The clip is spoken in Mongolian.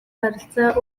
харилцаа